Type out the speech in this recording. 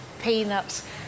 Peanuts